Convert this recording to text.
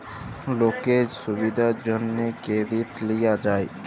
লকের ছুবিধার জ্যনহে কেরডিট লিয়া যায়